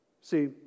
See